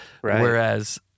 Whereas